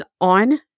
on